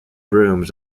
brooms